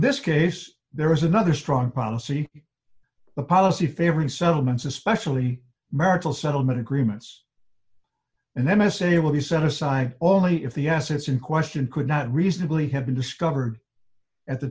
this case there is another strong policy the policy favoring settlements especially marital settlement agreements and then s a will be set aside only if the assets in question could not reasonably have been discovered at the